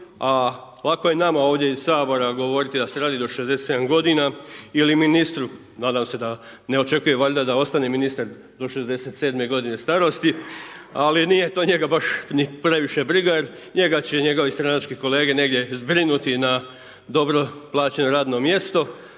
A lako je ovdje nama iz Sabora govoriti da se radi do 67 godina ili ministru, nadam se da ne očekuje valjda da ostane ministar do 67 godine starosti ali nije to njega baš ni previše briga jer njega će njegovi stranački kolege negdje zbrinuti na dobro plaćeno radno mjesto.